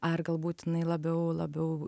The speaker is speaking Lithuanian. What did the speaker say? ar galbūt jinai labiau labiau